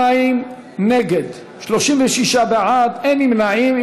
42 נגד, 36 בעד, אין נמנעים.